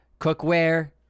cookware